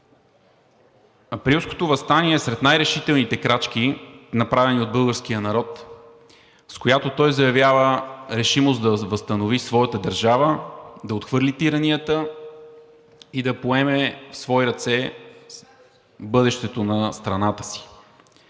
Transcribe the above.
Априлското въстание е сред най-решителните крачки, направени от българския народ, с която той заявява решимост да възстанови своята държава, да отхвърли тиранията и да поеме в свои ръце бъдещето на страната си.